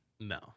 No